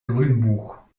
grünbuch